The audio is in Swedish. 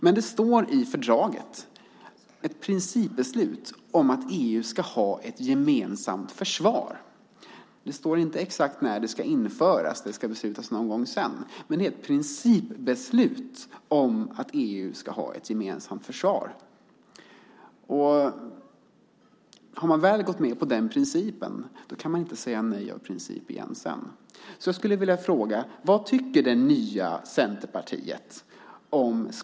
Men i fördraget finns ett principbeslut om att EU ska ha ett gemensamt försvar. Det står inte exakt när det ska införas, utan det ska det beslutas om någon gång sedan. Men det är ett principbeslut om att EU ska ha ett gemensamt försvar. Om man väl har gått med på den principen kan man inte säga nej av princip igen sedan. Jag skulle vilja fråga: Vad tycker det nya Centerpartiet om detta?